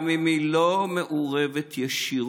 גם אם היא לא מעורבת ישירות,